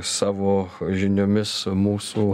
savo žiniomis mūsų